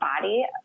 body